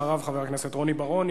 אחריו, חבר הכנסת רוני בר-און.